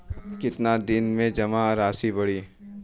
कितना दिन में जमा राशि बढ़ी?